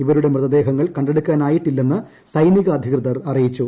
ഇവരുടെ മൃതദേഹങ്ങൾ കണ്ടെടുക്കാനായിട്ടില്ലെന്ന് സൈനിക അധികൃതർ അറിയിച്ചു